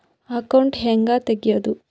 Account ಹ್ಯಾಂಗ ತೆಗ್ಯಾದು?